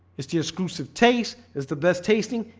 it's the exclusive taste is the best tasting.